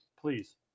please